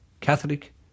Catholic